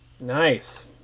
nice